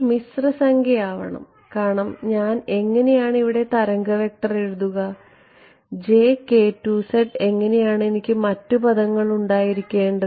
മിശ്ര സംഖ്യയാവണം കാരണം ഞാൻ എങ്ങനെയാണ് ഇവിടെ തരംഗ വെക്റ്റർ എഴുതുക അങ്ങനെയാണ് എനിക്ക് മറ്റ് പദങ്ങൾ ഉണ്ടായിരിക്കേണ്ടത്